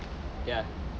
ya